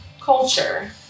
culture